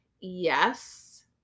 yes